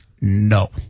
No